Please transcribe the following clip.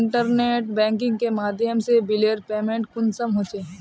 Internet banking के माध्यम से बिलेर पेमेंट कुंसम होचे?